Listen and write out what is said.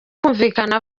kumvikana